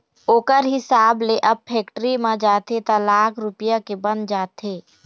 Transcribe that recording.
ओखर हिसाब ले अब फेक्टरी म जाथे त लाख रूपया के बन जाथे